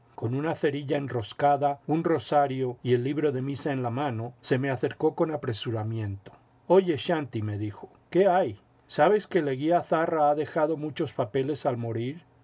con una cerilla enroscada un rosario y el libro de misa en la mano se me acercó con apresuramiento oye shanti me dijo qué hay sabes que leguía zarra ha dejado muchos papeles al morir